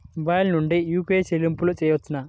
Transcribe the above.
Mobile నుండే UPI చెల్లింపులు చేయవలెనా?